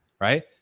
right